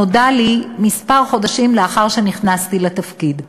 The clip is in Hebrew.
נודע לי כמה חודשים לאחר שנכנסתי לתפקיד.